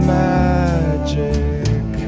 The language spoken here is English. magic